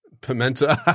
Pimento